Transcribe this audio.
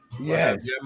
Yes